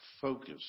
focus